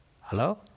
Hello